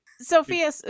Sophia